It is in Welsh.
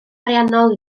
ariannol